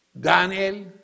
Daniel